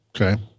okay